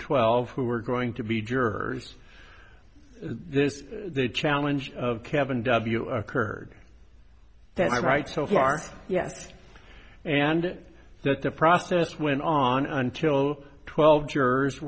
twelve who are going to be jurors this is the challenge of kevin w occurred that i write so far yes and that the process went on until twelve jurors